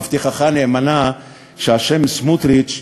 מבטיחך נאמנה שהשם סמוּטריץ,